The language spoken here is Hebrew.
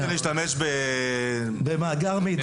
הם לא יכולים להשתמש במאגר מידע.